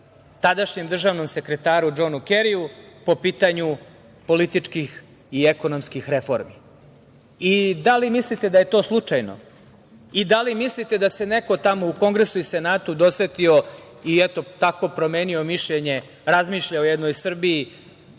tadašnjem državnom sekretaru Džonu Keriju po pitanju političkih i ekonomskih reformi. Da li mislite da je to slučajno? Da li mislite da se neko tamo u Kongresu i Senatu dosetio i eto tako promenio mišljenje, razmišlja o jednoj Srbiji,